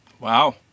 Wow